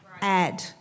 add